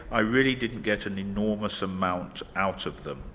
i really didn't get an enormous amount out of them.